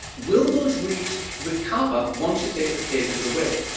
will those reefs recover once you take the cages away?